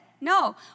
No